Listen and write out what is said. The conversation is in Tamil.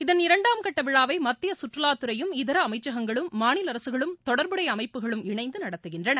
இதன் இரண்டாம்கட்ட விழாவை மத்திய சுற்றுவாத்துறையும் இதர அமைச்சகங்களும் மாநில அரசுகளும் தொடர்புடைய அமைப்புகளும் இணைந்து நடத்துகின்றன